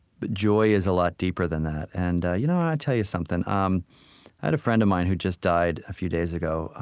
but joy is a lot deeper than that. and you know i'll tell you something. i um had a friend of mine who just died a few days ago.